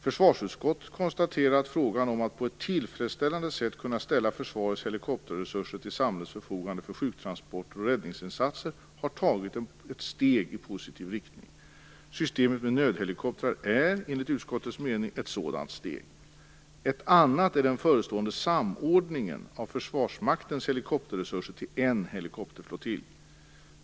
Försvarsutskottet konstaterar att frågan om att på ett tillfredsställande sätt kunna ställa försvarets helikopterresurser till samhällets förfogande för sjuktransporter och räddningsinsatser har tagit ett steg i positiv riktning. Systemet med nödhelikopter är, enligt försvarsutskottets mening, ett sådant steg. Ett annat är den förestående samordningen av Försvarsmaktens helikopterresurser till en helikopterflottilj.